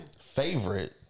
Favorite